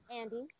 Andy